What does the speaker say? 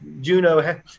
juno